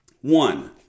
One